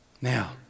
Now